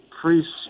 priests